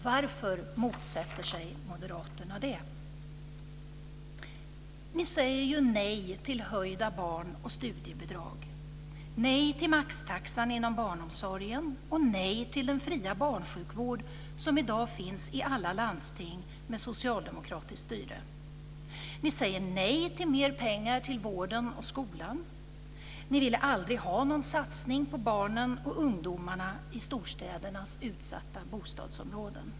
Varför motsätter sig moderaterna det? Ni säger ju nej till höjda barn och studiebidrag, nej till maxtaxan inom barnomsorgen och nej till den fria barnsjukvård som i dag finns i alla landsting med socialdemokratiskt styre. Ni säger nej till mer pengar till vården och skolan. Ni ville aldrig ha någon satsning på barnen och ungdomarna i storstädernas utsatta bostadsområden.